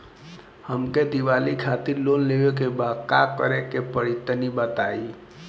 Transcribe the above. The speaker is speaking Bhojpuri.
हमके दीवाली खातिर लोन लेवे के बा का करे के होई तनि बताई?